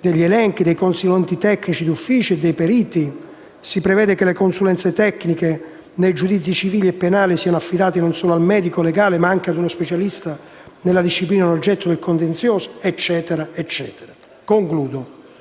degli elenchi dei consulenti tecnici d'ufficio e dei periti. Si prevede che le consulenze tecniche nei giudizi civili e penali siano affidate non solo al medico legale, ma anche a uno specialista nella disciplina oggetto di contenzioso. Insomma,